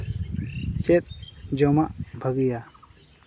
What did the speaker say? ᱪᱮᱫ ᱡᱚᱢᱟᱜ ᱵᱷᱟᱹᱜᱤᱭᱟ